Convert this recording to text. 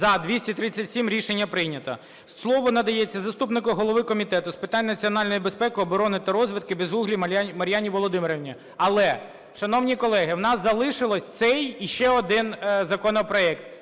За-237 Рішення прийнято. Слово надається заступнику голови Комітету з питань національної безпеки, оборони та розвідки Безуглій Мар'яні Володимирівні. Але, шановні колеги, у нас залишилося цей і ще один законопроект,